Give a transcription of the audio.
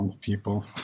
People